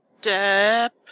step